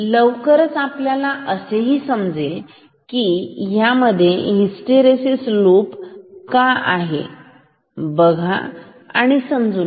लवकरच आपल्याला हे समजेल असेही यामध्ये हिस्टरेसीस लूप का आहे बघा आणि समजून घ्या